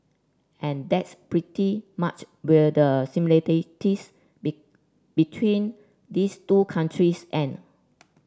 and that's pretty much where the between these two countries end